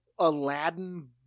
Aladdin